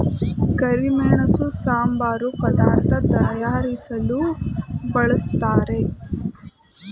ಕರಿಮೆಣಸು ಸಾಂಬಾರು ಪದಾರ್ಥ ತಯಾರಿಸಲು ಬಳ್ಸತ್ತರೆ